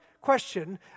question